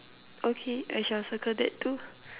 okay I shall circle that too